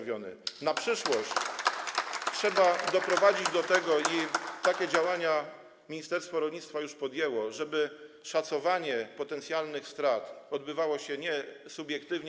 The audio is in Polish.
W przyszłości trzeba doprowadzić do tego - i takie działania ministerstwo rolnictwa już podjęło - żeby szacowanie potencjalnych strat odbywało się niesubiektywnie.